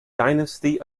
dynasty